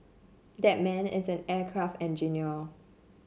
that man is an aircraft engineer